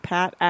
Pat